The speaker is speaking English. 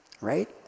right